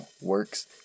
works